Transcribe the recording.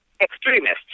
extremists